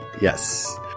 Yes